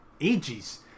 ages